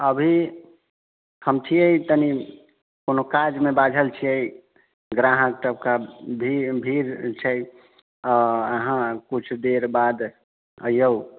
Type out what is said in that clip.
अभी हम छियै कनि कोनो काजमे बाझल छियै ग्राहक सभके भीड़ भीड़ छै अहाँ किछु देर बाद अइयो